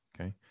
Okay